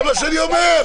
זה מה שאני אומר.